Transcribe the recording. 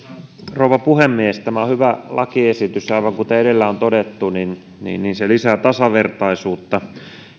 rouva puhemies tämä on hyvä lakiesitys aivan kuten edellä on todettu niin niin se lisää tasavertaisuutta